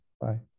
bye